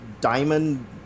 diamond